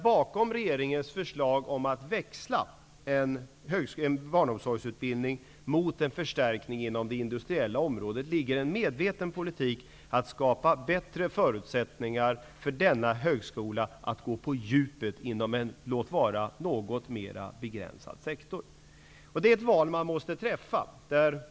Bakom regeringens förslag om att växla en barnomsorgsutbildning mot en förstärkning på det industriella området ligger en medveten politik för att skapa bättre förutsättningar för Mälardalens högskola att gå på djupet inom en låt vara något mer begränsad sektor. Det är ett val man måste träffa.